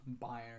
Bayern